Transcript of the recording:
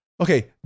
okay